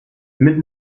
mit